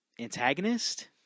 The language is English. antagonist